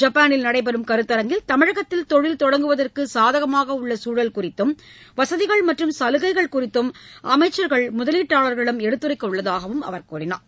ஜப்பானில் நடைபெறும் கருத்தரங்கில் தமிழகத்தில் தொழில் தொடங்குவதற்கு சாதகமாக உள்ள சூழல் குறித்தும் வசதிகள் மற்றும் சலுகைகள் குறித்தும் அமைச்சர்கள் முதலீட்டாளர்களிடம் எடுத்துரைக்க உள்ளதாகக் கூறினார்